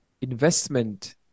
investment